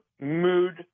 mood